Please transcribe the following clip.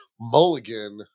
Mulligan